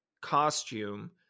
costume